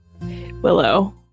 Willow